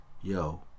yo